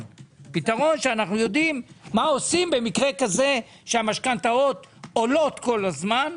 שאני יודעים מה עושים במקרה כזה שהמשכנתאות עולות כל הזמן,